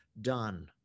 done